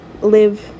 live